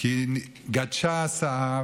כי גדשה הסאה,